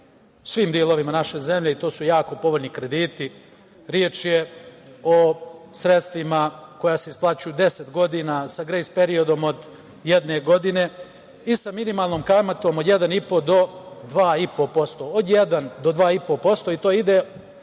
svim delovima naše zemlje, i to su jako povoljni krediti. Reč je o sredstvima koja se isplaćuju 10 godina, sa grejs periodom od jedne godine i sa minimalnom kamatom od 1,5-2,5%